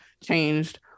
changed